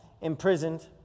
Imprisoned